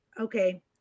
Okay